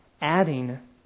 Adding